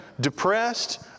depressed